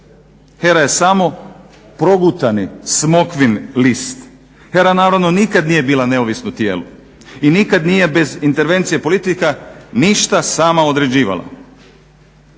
HERA je samo progutani smokvin list. HERA naravno nikad nije bila neovisno tijelo i nikad nije bez intervencije politika ništa sama određivala